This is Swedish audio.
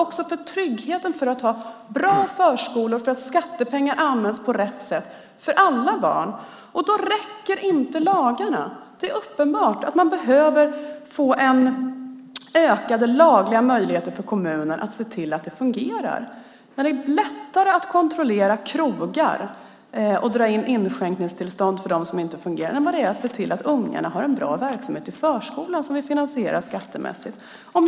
Det handlar om tryggheten att ha bra förskolor och att skattepengar används på rätt sätt för alla barn. Då räcker inte lagarna. Det är uppenbart att kommunerna behöver få ökade lagliga möjligheter att se till att det fungerar, när det är lättare att kontrollera krogar och dra in utskänkningstillstånd för dem som inte fungerar än vad det är att se till att ungarna har en bra verksamhet i förskolan som är finansierad skattemässigt.